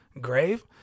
grave